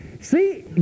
See